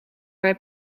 heb